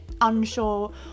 unsure